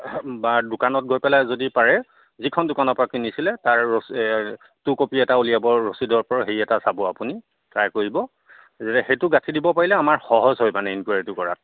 বা দোকানত গৈ পেলায় যদি পাৰে যিখন দোকানৰপৰা কিনিছিলে তাৰ টু কপি এটা উলিয়াব ৰচিদৰ হেৰি এটা চাব আপুনি ট্ৰাই কৰিব সেইটো গাঁঠি দিব পাৰিলে আমাৰ সহজ হয় মানে এনকোৱাৰীটো কৰাত